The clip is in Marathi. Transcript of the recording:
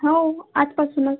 हो आजपासूनच